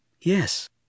Yes